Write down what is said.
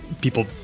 people